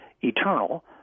eternal